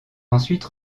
ensuite